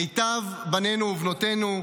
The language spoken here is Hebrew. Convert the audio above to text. מיטב בנינו ובנותינו,